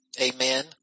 Amen